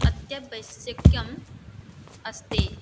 अत्यावश्यकम् अस्ति